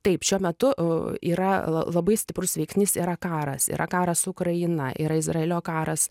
taip šiuo metu yra la labai stiprus veiksnys yra karas yra karas su ukraina yra izraelio karas